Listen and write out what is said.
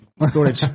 Storage